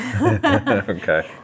Okay